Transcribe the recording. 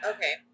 Okay